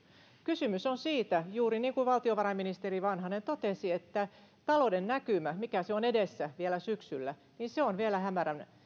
kysymys on siitä juuri niin kuin valtiovarainministeri vanhanen totesi että talouden näkymä se mikä on edessä vielä syksyllä on vielä hämärän